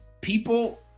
People